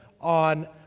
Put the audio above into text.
on